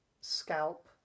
scalp